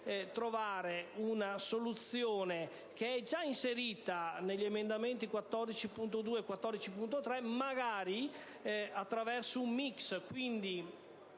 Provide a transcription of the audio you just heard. individuare una soluzione, che è già inserita negli emendamenti 14.2 e 14.3, magari attraverso una